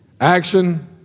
Action